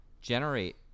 generate